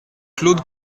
claude